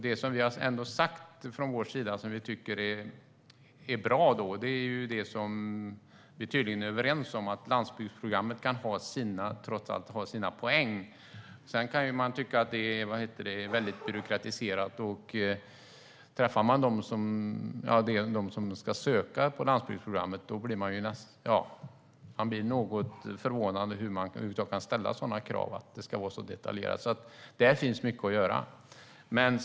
Det som vi har sagt att vi tycker är bra är tydligen det som vi är överens om, nämligen att landsbygdsprogrammet trots allt kan ha sina poänger. Sedan kan man tycka att detta är väldigt byråkratiserat. De som ska söka inom landsbygdsprogrammet blir förvånade över att det över huvud taget kan ställas sådana krav och att det ska vara så detaljerat. Där finns mycket att göra.